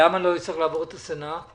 למה לא יצטרך לעבור את הסנט?